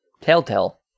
Telltale